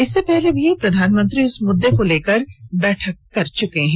इससे पहले भी पीएम इस मुद्दे को लेकर बैठक कर चुके हैं